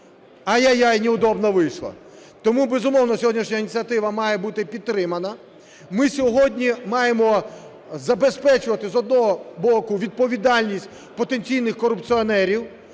А-я-яй, неудобно вышло! Тому, безумовно, сьогоднішня ініціатива має бути підтримана. Ми сьогодні маємо забезпечувати, з одного боку, відповідальність потенційних корупціонерів,